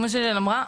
כמו שליאל אמרה,